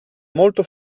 molto